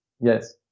Yes